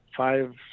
Five